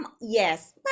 Yes